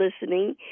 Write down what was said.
listening